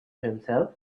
himself